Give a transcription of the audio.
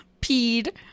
peed